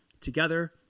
Together